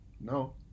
No